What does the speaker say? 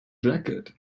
jacket